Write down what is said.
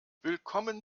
willkommen